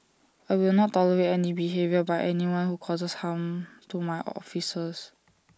I will not tolerate any behaviour by anyone who causes harm to my officers